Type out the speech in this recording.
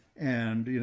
and, you know,